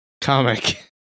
comic